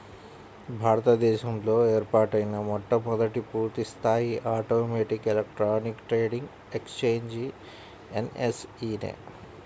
భారత దేశంలో ఏర్పాటైన మొట్టమొదటి పూర్తిస్థాయి automatic electronic trading exchange NSE నే